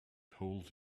told